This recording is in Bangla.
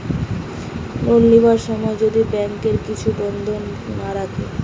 লোন লিবার সময় যদি ব্যাংকে কিছু বন্ধক না রাখে